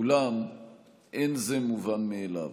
אולם אין זה מובן מאליו.